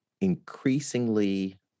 increasingly